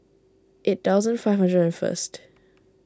eight thousand five hundred and first